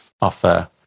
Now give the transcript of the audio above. offer